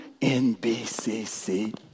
NBCC